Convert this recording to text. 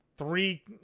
Three